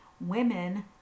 women